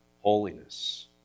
holiness